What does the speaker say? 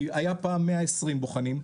כי היה פעם 120 בוחנים,